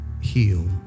heal